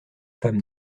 femme